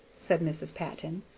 said mrs. patton.